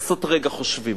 לעשות "רגע חושבים":